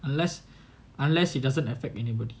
unless unless it doesn't affect anybody